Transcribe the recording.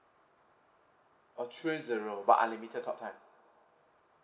oh three zero but unlimited talk time